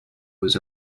was